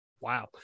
Wow